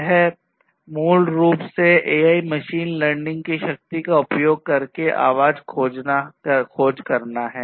यह मूल रूप से एआई मशीन लर्निंग की शक्ति का उपयोग कर आवाज खोज करना है